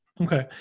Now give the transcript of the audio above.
okay